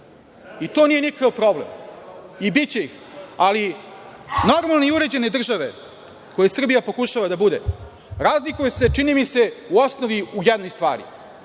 i to nije nikakav problem i biće ih, ali normalne i uređene države, kakva Srbija pokušava da bude, razlikuju se, čini mi se, u jednoj stvari